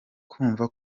kumva